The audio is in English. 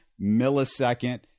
millisecond